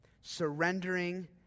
surrendering